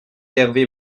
d’hervé